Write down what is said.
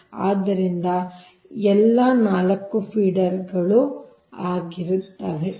ಆದ್ದರಿಂದ ಎಲ್ಲಾ 4 ಫೀಡರ್ಗಳ ಆಗಿರುತ್ತದೆ